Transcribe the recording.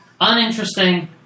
Uninteresting